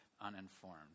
uninformed